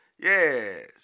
yes